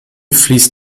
fließt